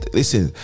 listen